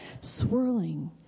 swirling